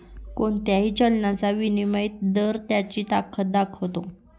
कोणत्याही चलनाचा विनिमय दर त्याची ताकद दाखवतो